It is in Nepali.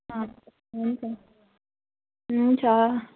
ह हुन्छ हुन्छ